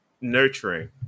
nurturing